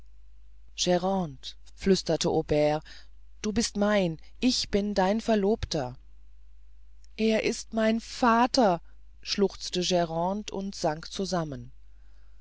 flüsterte aubert du bist mein ich bin dein verlobter er ist mein vater schluchzte grande und sank zusammen